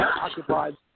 occupied